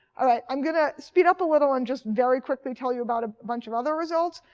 i'm going to speed up a little and just very quickly tell you about a bunch of other results.